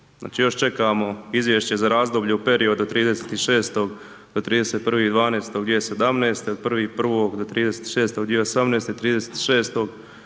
još čekamo izvješće za razdoblje u periodu od 30.6. do 31.12.2017. od 1.1. do 30.6.2018., 30.6.